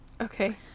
Okay